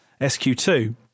SQ2